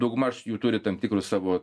daugmaž jų turi tam tikrus savo